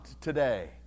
today